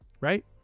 Right